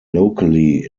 locally